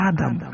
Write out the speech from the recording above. Adam